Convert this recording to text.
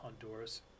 Honduras